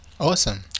Awesome